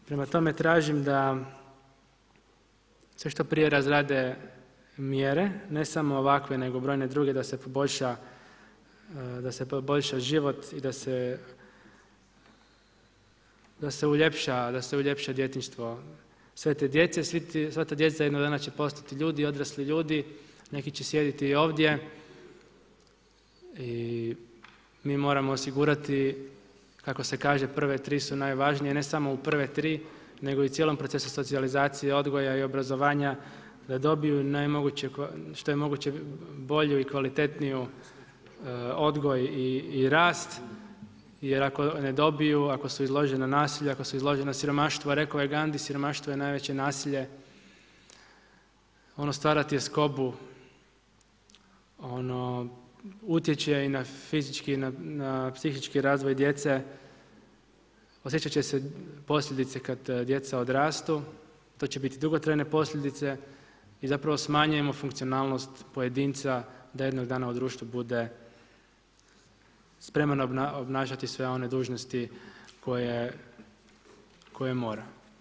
Prema tome tražim da se što prije razrade mjere, ne samo ovakve, nego brojne druge, da se poboljša život i da se uljepša djetinjstvo sve te djece, sva ta djeca jednog dana će postati ljudi, odrasli ljudi, neki će sjediti i ovdje i mi moramo osigurati, kako se kaže prve tri su najvažnije, ne samo u prve tri, nego u cijelom procesu socijalizacije, odgoja i obrazovanja da dobiju što je moguće bolju i kvalitetniju odgoj i rast jer ako ne dobiju, ako su izložena nasilju, ako su izložena siromaštvu, a rekao je Ghandi siromaštvo je najveće nasilje, ono stvara tjeskobu, ono utječe i na fizički i na psihički razvoj djece, osjećat će se posljedice kad djeca odrastu, to će biti dugotrajne posljedice i zapravo smanjujemo funkcionalnost pojedinca da jednog dana u društvu bude spreman obnašati sve one dužnosti koje mora.